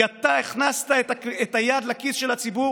כי אתה הכנסת את היד לכיס של הציבור